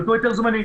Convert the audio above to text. נתנו היתר זמני.